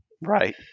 Right